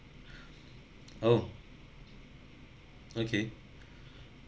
oh okay